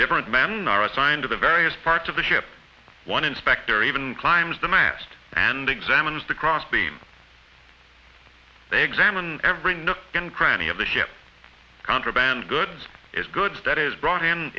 different men are assigned to various parts of the ship one inspector even climbs the mast and examines the cross beam they examine every nook and cranny of the ship contraband goods is goods that is brought him